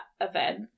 event